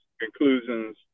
conclusions